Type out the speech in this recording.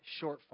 shortfall